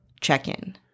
check-in